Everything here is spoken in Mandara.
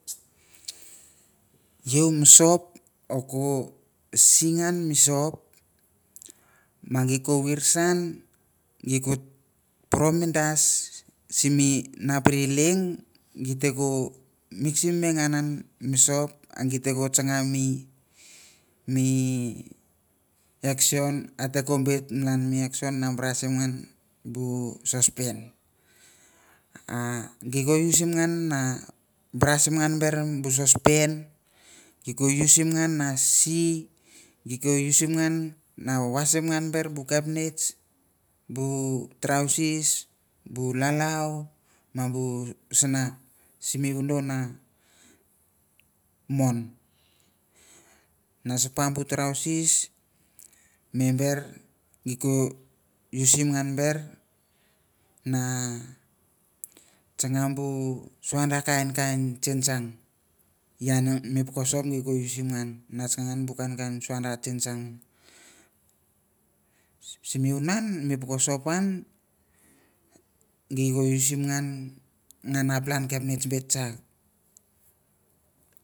Yo mi saop ortek kosingan mi soap ma gei ko wir sun gipporo mi bus napere leng gip tem no ngan giko chana mi axon atem no bi lalon mi axion na brus ngaseng a bu sospen ge tem angon usim ngan ge yo usim ngan a se na wasim bur bur bu kapnich bu trausis bu lalau ma bu sana sime budou amon na sopa lou trausis me ber geko usim ngan buir bu changa bu sunda kainkain chinchang yan mi poko soap yam mi poko soap mi mu yang mi poko soap ge kousim ngan bu plan kapnich.